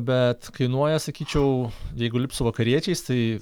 bet kainuoja sakyčiau jeigu lipt su vakariečiais tai